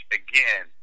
again